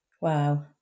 Wow